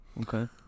okay